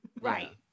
Right